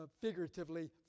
figuratively